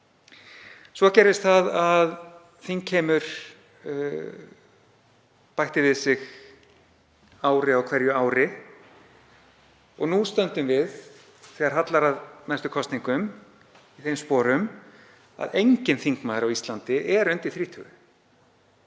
Svo gerðist það að þingheimur bætti við sig ári á hverju ári og nú stöndum við, þegar hallar að næstu kosningum, í þeim sporum að enginn þingmaður á Íslandi er undir þrítugu.